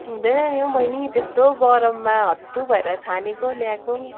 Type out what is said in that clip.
हुँदैन नि हौ बहिनी त्यस्तो गरममा हत्तु भएर छानेको ल्याएको